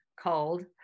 Called